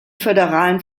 föderalen